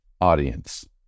audience